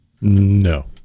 No